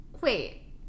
Wait